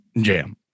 Jam